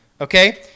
Okay